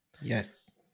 Yes